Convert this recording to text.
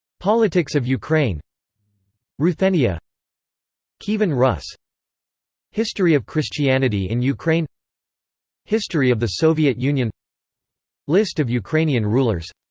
politics of ukraine ruthenia kievan rus history of christianity in ukraine history of the soviet union list of ukrainian rulers